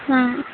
ம்